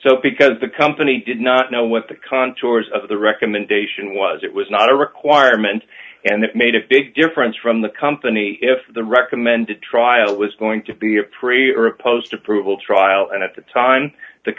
so because the company did not know what the contours of the recommendation was it was not a requirement and it made a big difference from the company if the recommended trial was going to be a pre or post approval trial and at the time the